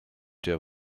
dir